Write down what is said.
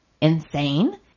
insane